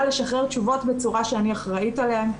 לשחרר תשובות בצורה שאני אחראית עליהן.